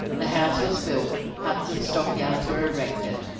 the house was built, huts and stockyards were erected,